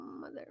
mother